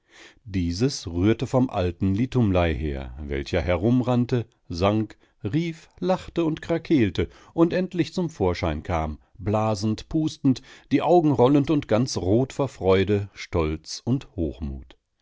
dieses rührte vom alten litumlei her welcher herumrannte sang rief lachte und krakeelte und endlich zum vorschein kam blasend pustend die augen rollend und ganz rot vor freude stolz und hochmut